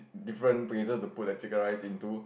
different places to put the chicken rice into